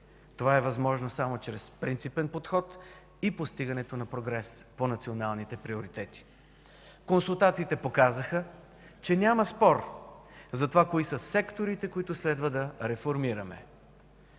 Това е възможно само чрез принципен подход и постигането на прогрес по националните приоритети. Консултациите показаха, че няма спор за това – кои са секторите, които следва да реформираме.